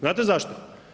Znate zašto?